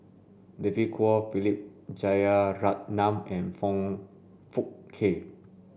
David Kwo Philip Jeyaretnam and Foong Fook Kay